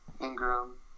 Ingram